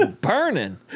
burning